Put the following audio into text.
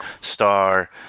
Star